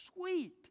sweet